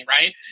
right